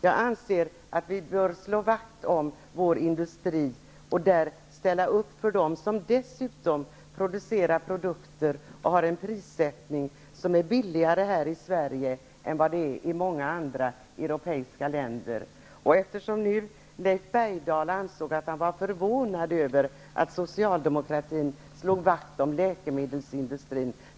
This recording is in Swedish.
Jag anser att vi bör slå vakt om vår läkemedelsindustri och ställa upp för den som producerar varor till lägre priser här i Sverige än i många andra europeiska länder. Leif Bergdahl säger att han är förvånad över att socialdemokratin vill slå vakt om läkemedelsindustrin.